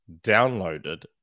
downloaded